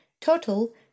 Total